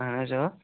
اَہَن حظ اَوا